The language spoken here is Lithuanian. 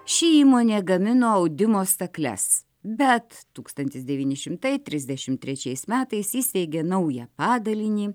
ši įmonė gamino audimo stakles bet tūkstantis devyni šimtai trisdešimt trečiais metais įsteigė naują padalinį